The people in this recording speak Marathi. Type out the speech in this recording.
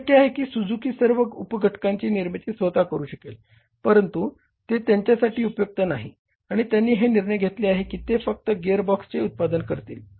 हे शक्य आहे की सुझुकी सर्व उपघटकांची निर्मिती स्वतः करू शकेल परंतु ते त्यांच्यासाठी उपयुक्त नाही आणि त्यांनी हे निर्णय घेतले की ते फक्त गिअरबॉक्सचे उत्पादन करतील